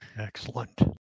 Excellent